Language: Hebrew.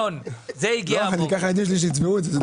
הזה, רק